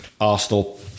Arsenal